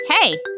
hey